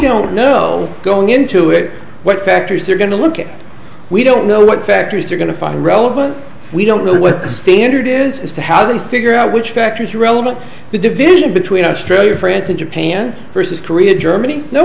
don't know going into it what factors they're going to look at we don't know what factors they're going to find relevant we don't know what the standard is as to how they figure out which factor is relevant the division between australia france and japan versus korea germany no